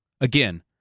Again